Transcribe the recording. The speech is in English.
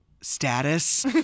status